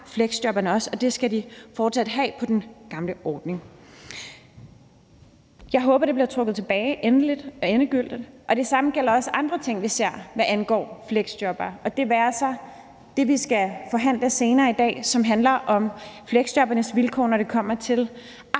fleksjobbere også, og det skal de fortsat have ligesom på den gamle ordning. Jeg håber, det bliver trukket tilbage endegyldigt, og det samme gælder andre ting, vi ser, hvad angår fleksjobbere. Det være sig f.eks. det, vi skal forhandle senere i dag, som handler om fleksjobbernes vilkår, når det kommer til